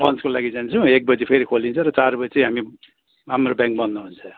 लन्चको लागि जान्छौँ एक बजी फेरि खोलिन्छ र चार बजी चाहिँ हामी हाम्रो ब्याङ्क बन्द हुन्छ